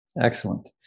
Excellent